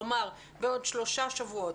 כלומר בעוד שלושה שבועות,